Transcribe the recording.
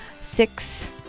Six